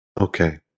Okay